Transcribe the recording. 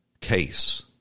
case